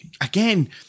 Again